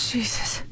Jesus